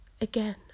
again